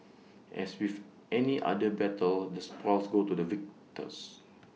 as with any other battle the spoils go to the victors